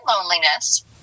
loneliness